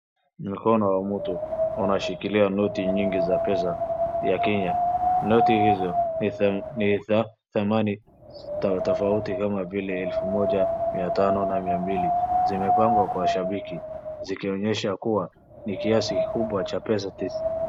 Mkono wa mtu unashikilia noti nyingi za pesa ya Kenya. Noti hizo ni za thamani tofauti kama vile elfu moja, mia tano na mia mbili. Zimepangwa kwa shabiki zikionyesha kuwa ni kiasi kubwa cha pesa.